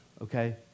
okay